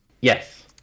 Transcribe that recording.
Yes